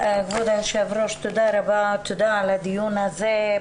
כבוד היו"ר תודה רבה על הדיון הזה,